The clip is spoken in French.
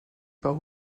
par